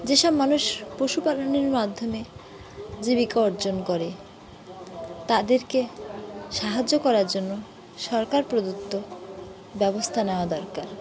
যেসব মানুষ পশুপালনের মাধ্যমে জীবিকা অর্জন করে তাদেরকে সাহায্য করার জন্য সরকার প্রদত্ত ব্যবস্থা নেওয়া দরকার